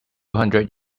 hundred